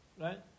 Right